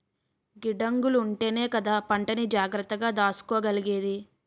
గిడ్డంగులుంటేనే కదా పంటని జాగ్రత్తగా దాసుకోగలిగేది?